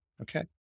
Okay